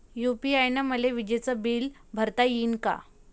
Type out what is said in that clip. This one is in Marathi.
यू.पी.आय न मले विजेचं बिल भरता यीन का?